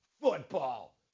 football